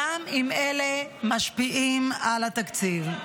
גם אם אלה משפיעים על התקציב.